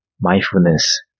mindfulness